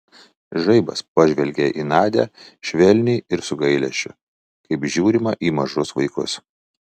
žaibas pažvelgė į nadią švelniai ir su gailesčiu kaip žiūrima į mažus vaikus